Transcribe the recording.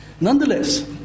Nonetheless